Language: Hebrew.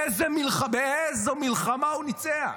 באיזו מלחמה הוא ניצח?